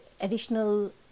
additional